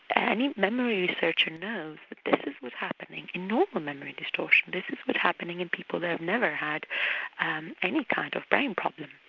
any memory researcher knows this is what's happening in normal memory distortion. this is what's happening in people that have never had um any kind of brain problem.